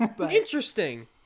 Interesting